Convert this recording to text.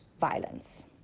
Violence